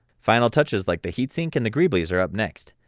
final touches like the heat sink and the greeblies are up next.